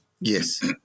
Yes